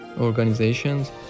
organizations